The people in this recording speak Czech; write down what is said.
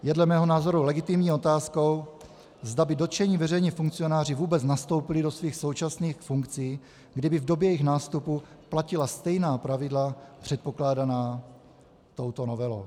Je dle mého názoru legitimní otázkou, zda by dotčení veřejní funkcionáři vůbec nastoupili do svých současných funkcí, kdyby v době jejich nástupu platila stejná pravidla předpokládaná touto novelou.